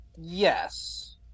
Yes